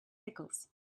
pickles